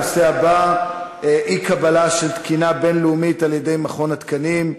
הנושא הבא: אי-קבלה של תקינה בין-לאומית על-ידי מכון התקנים,